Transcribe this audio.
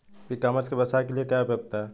ई commerce के व्यवसाय के लिए क्या उपयोगिता है?